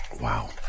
Wow